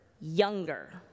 Younger